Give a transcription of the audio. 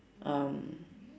um